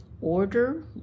Order